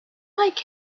like